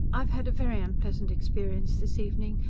i've had a very unpleasant experience this evening,